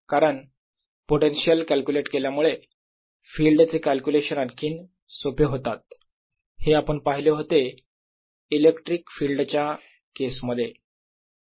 कारण potential calculate केल्यामुळे field चे कॅल्क्युलेशन आणखीन सोपे होतात हे आपण पाहिले होते इलेक्ट्रिक फील्ड च्या केस मध्ये